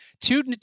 Two